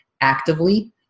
actively